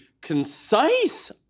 concise